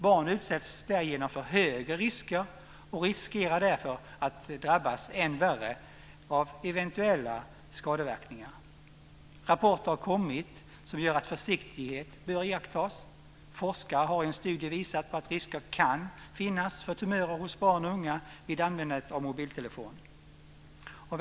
Barn utsätts därigenom för större risker och riskerar att drabbas än värre av eventuella skadeverkningar. Rapporter har kommit som gör att försiktighet bör iakttas. Forskare har i en studie visat att det kan finnas risk för tumörer hos barn och unga vid användning av mobiltelefoner.